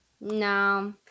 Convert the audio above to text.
No